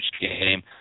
game